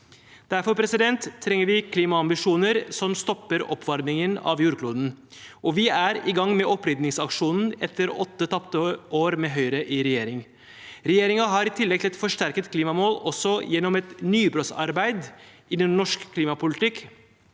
Derfor trenger vi klimaambisjoner som stopper oppvarmingen av jordkloden, og vi er i gang med oppryddingsaksjonen etter åtte tapte år med Høyre i regjering. Regjeringen har i tillegg til et forsterket klimamål også gjennom et nybrottsarbeid innen norsk klimapolitikk